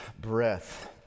breath